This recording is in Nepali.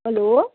हेलो